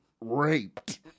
raped